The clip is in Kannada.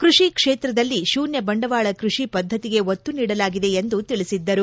ಕೃಷಿ ಕ್ಷೇತ್ರದಲ್ಲಿ ಶೂನ್ತ ಬಂಡವಾಳ ಕೃಷಿ ಪದ್ಧತಿಗೆ ಒತ್ತು ನೀಡಲಾಗಿದೆ ಎಂದು ತಿಳಿಸಿದ್ದರು